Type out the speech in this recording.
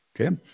Okay